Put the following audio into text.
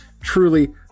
truly